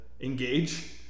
engage